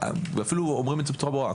אפילו אומרים את זה בצורה ברורה,